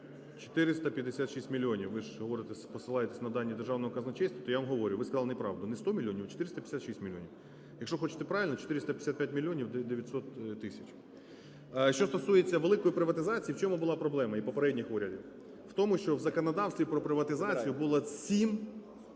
посилаєтесь на дані Державного казначейства, то я вам говорю, ви сказали неправду, не 100 мільйонів, а 456 мільйонів. Якщо хочете правильно – 455 мільйонів 900 тисяч. Що стосується великої приватизації, в чому була проблема і попередніх урядів. В тому, що в законодавстві про приватизацію було 7